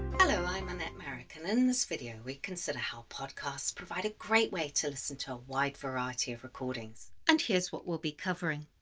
hello, i'm annette merrick and in this video, we consider how podcasts provide a great way to listen to a wide variety of recordings. and here's what we'll be covering.